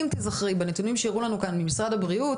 אם תזכרי בנתונים שהראו לנו כאן ממשרד הבריאות